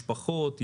משפחות,